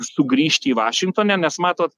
sugrįžti į vašingtone nes matot